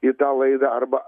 į tą laidą arba